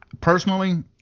personally